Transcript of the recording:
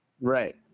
Right